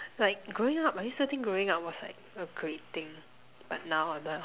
like growing up I used to think growing up was like a great thing but now I'm like